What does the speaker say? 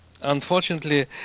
unfortunately